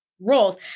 roles